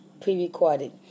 pre-recorded